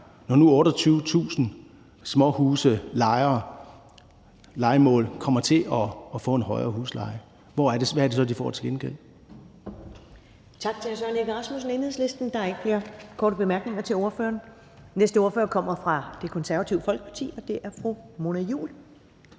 når nu 28.000 småhuse og lejemål kommer til at få en højere husleje. Hvad er det så, de får til gengæld?